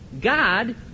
God